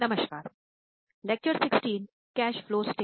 नमस्ते